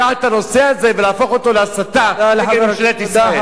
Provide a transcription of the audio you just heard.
לקחת את הנושא הזה ולהפוך אותו להסתה נגד ממשלת ישראל.